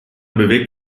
bewegt